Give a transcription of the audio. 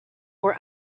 were